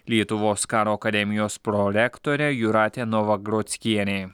lietuvos karo akademijos prorektorė jūratė novagrockienė